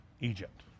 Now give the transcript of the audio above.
Egypt